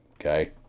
Okay